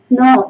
no